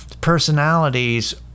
personalities